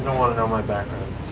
want to know my background.